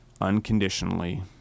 unconditionally